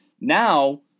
now